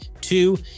Two